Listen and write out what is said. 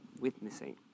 witnessing